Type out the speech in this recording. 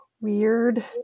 weird